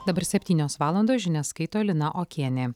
dabar septynios valandos žinias skaito lina okienė